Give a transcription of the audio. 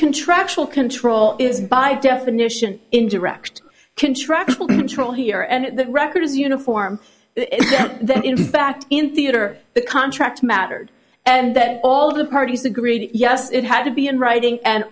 contractual control is by definition in direct contractual control here and the record is uniform that in fact in theater the contract mattered and that all the parties agreed yes it had to be in writing and